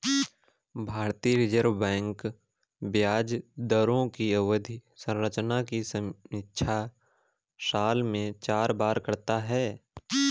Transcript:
भारतीय reserve bank ब्याज दरों की अवधि संरचना की समीक्षा साल में चार बार करता है